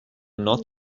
not